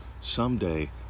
Someday